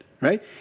right